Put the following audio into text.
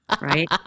right